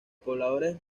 pobladores